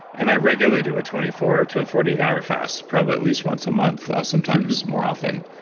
and i regularly do a twenty four to forty eight hour fast probably at least once a month or sometimes more often.